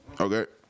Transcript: Okay